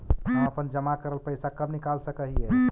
हम अपन जमा करल पैसा कब निकाल सक हिय?